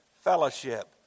fellowship